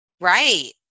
Right